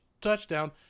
touchdown